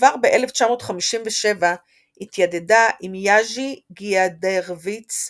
וכבר ב-1957 התיידדה עם יז'י גיאדרויץ,